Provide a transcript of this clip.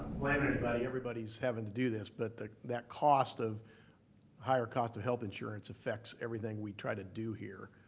anybody, everybody is having to do this, but that that cost of higher cost of health insurance affects everything we try to do here,